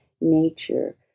nature